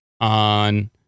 on